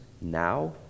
now